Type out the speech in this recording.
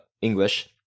English